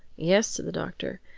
yes, said the doctor,